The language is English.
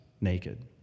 naked